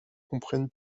comprennent